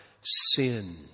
sin